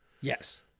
Yes